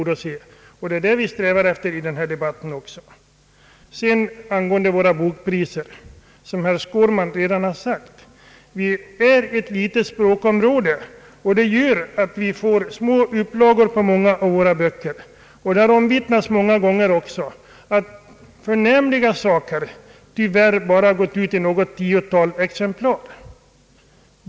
Det är också det vi har strävat efter i denna debatt. Sverige är, som herr Skårman redan anfört, ett litet språkområde, vilket gör att många böcker ges ut i en liten upplaga. Det är omvittnat att förnämliga böcker tyvärr bara gått ut i något tiotal exemplar.